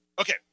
Okay